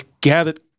gathered